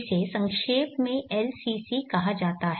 इसे संक्षेप में LCC कहा जाता है